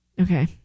Okay